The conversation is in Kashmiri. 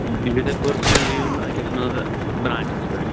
بیٚیہِ چھُو تۄہہِ پٔرسٕنَلی یُن کیٛاہ چھِ وَنان برٛانٛچَس پٮ۪ٹھ